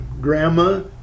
grandma